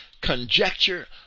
conjecture